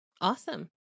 Awesome